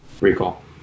Recall